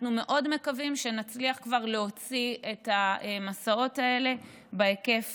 אנחנו מאוד מקווים שנצליח להוציא את המסעות האלה בהיקף